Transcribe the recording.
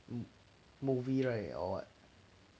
hmm movie right or what